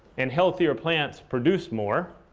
and healthier plants produce more.